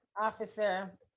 officer